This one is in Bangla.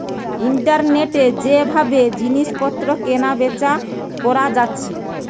ইন্টারনেটে যে ভাবে জিনিস পত্র কেনা বেচা কোরা যাচ্ছে